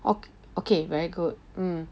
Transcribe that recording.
o~ okay very good mm